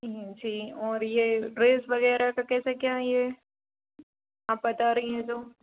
पीने और ये ड्रेस वगैरह का कैसे क्या है ये आप बता रही हैं तो